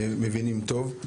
ומבינים טוב.